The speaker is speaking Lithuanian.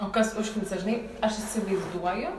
o kas užknisa žinai aš įsivaizduoju